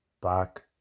back